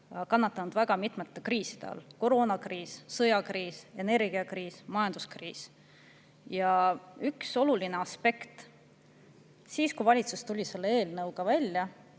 kannatanud väga mitme kriisi all: koroonakriis, sõjakriis, energiakriis ja majanduskriis. Üks oluline aspekt [on see, et] siis, kui valitsus tuli selle eelnõuga välja,